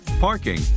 parking